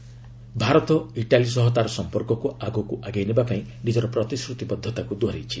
ସ୍ରଷମା Italy Bharat Italy ସହ ତା'ର ସମ୍ପର୍କକୁ ଆଗକୁ ଆଗେଇ ନେବାପାଇଁ ନିଜର ପ୍ରତିଶ୍ରତିବଦ୍ଧତାକୁ ଦୋହରାଇଛି